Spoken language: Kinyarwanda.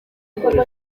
nibura